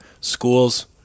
Schools